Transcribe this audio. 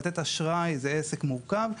לתת אשראי זה עסק מורכב,